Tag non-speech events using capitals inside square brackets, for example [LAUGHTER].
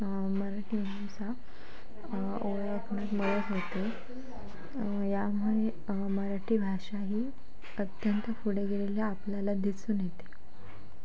मराठी माणूस हा ओळख [UNINTELLIGIBLE] यामुळे मराठी भाषा ही अत्यंत पुढे गेलेली आपल्याला दिसून येते